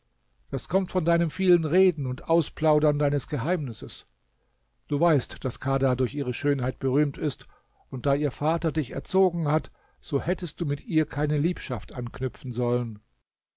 das kommt von deinem vielen reden und ausplaudern deines geheimnisses du weißt daß kadha durch ihre schönheit berühmt ist und da ihr vater dich erzogen hat so hättest du mit ihr keine liebschaft anknüpfen sollen